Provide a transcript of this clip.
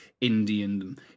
Indian